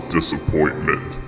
Disappointment